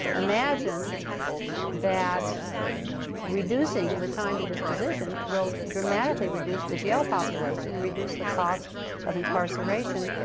imagine that reducing the time to disposition will dramatically reduce the jail population, and reduce the cost of incarceration.